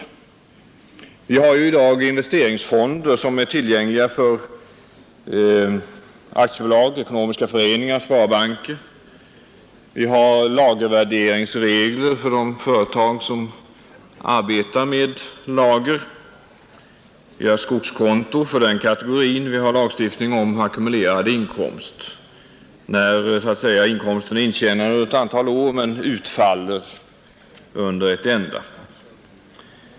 Det finns i dag investeringsfonder som är tillgängliga för aktiebolag, ekonomiska föreningar och sparbanker, lagervärderingsregler för företag som arbetar med lager, och det finns skogskonton. Vidare har vi lagstiftning om ackumulerad inkomst, dvs. när inkomsten är intjänad under ett antal år men utfallet under ett enda.